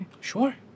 Sure